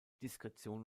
diskretion